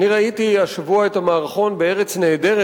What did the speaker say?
אני ראיתי השבוע את המערכון ב"ארץ נהדרת",